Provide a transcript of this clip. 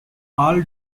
all